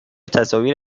تصاویری